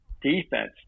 defense